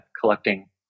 collecting